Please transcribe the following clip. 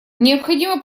необходимо